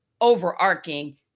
overarching